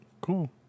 cool